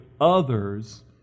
others